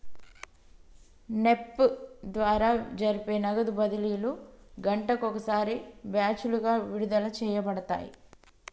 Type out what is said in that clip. NEFT ద్వారా జరిపే నగదు బదిలీలు గంటకు ఒకసారి బ్యాచులుగా విడుదల చేయబడతాయి